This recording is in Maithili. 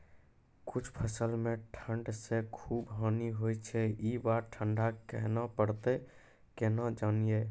कुछ फसल मे ठंड से खूब हानि होय छैय ई बार ठंडा कहना परतै केना जानये?